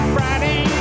Friday